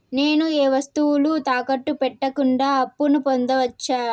నేను ఏ వస్తువులు తాకట్టు పెట్టకుండా అప్పును పొందవచ్చా?